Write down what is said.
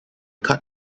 cut